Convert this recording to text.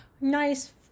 nice